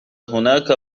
هناك